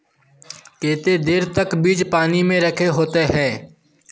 केते देर तक बीज पानी में रखे होते हैं?